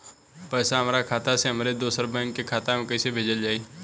पैसा हमरा खाता से हमारे दोसर बैंक के खाता मे कैसे भेजल जायी?